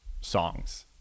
songs